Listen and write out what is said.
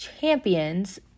champions